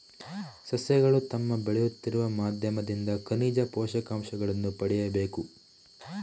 ಸಸ್ಯಗಳು ತಮ್ಮ ಬೆಳೆಯುತ್ತಿರುವ ಮಾಧ್ಯಮದಿಂದ ಖನಿಜ ಪೋಷಕಾಂಶಗಳನ್ನು ಪಡೆಯಬೇಕು